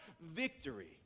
victory